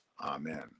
amen